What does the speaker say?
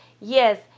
yes